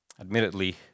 Admittedly